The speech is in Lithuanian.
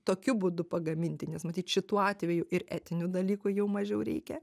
tokiu būdu pagaminti nes matyt šituo atveju ir etinių dalykų jau mažiau reikia